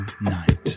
night